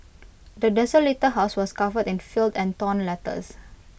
the desolated house was covered in filth and torn letters